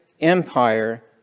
empire